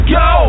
go